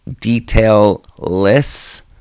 detailless